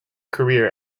career